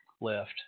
left